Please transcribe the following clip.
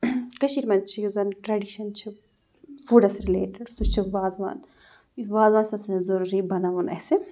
کٔشیٖرِ منٛز چھِ یُس زَن ٹرٛٮ۪ڈِشَن چھِ فُڈَس رِلیٹٕڈ سُہ چھِ وازوان یُس وازوان چھِ آسان سُہ چھِ آسان ضٔروٗری بَناوُن اَسہِ